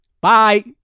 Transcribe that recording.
Bye